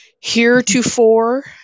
Heretofore